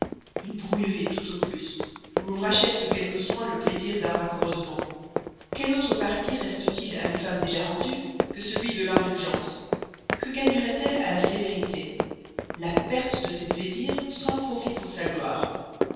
une brouillerie tout au plus où l'on achète de quelques soins le plaisir d'un raccommodement quel autre parti reste-t-il à une femme déjà rendue que celui de l'indulgence que gagnerait elle à la sévérité la perte de ses plaisirs sans profit pour sa gloire